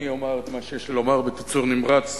אני אומר את מה שיש לי לומר בקיצור נמרץ,